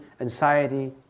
anxiety